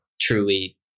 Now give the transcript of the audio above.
truly